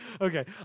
okay